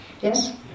Yes